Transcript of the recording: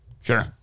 sure